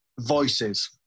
voices